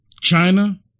China